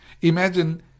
Imagine